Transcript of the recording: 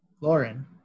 lauren